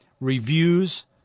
reviews